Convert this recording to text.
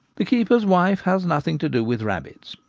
the keeper's wife has nothing to do with rabbits,